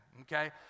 okay